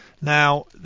Now